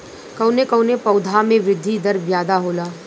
कवन कवने पौधा में वृद्धि दर ज्यादा होला?